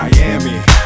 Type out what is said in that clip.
Miami